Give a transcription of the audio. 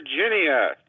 Virginia